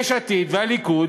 יש עתיד והליכוד